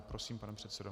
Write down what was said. Prosím, pane předsedo.